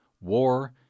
War